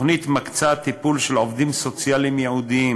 התוכנית מקצה טיפול של עובדים סוציאליים ייעודיים,